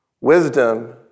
Wisdom